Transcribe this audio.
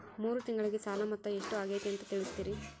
ಮೂರು ತಿಂಗಳಗೆ ಸಾಲ ಮೊತ್ತ ಎಷ್ಟು ಆಗೈತಿ ಅಂತ ತಿಳಸತಿರಿ?